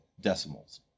decimals